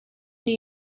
new